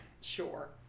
Sure